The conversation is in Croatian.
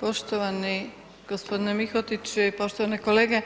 Poštovani g. Mihotić i poštovane kolege,